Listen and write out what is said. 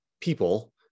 people